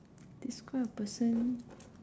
describe a person